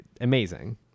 amazing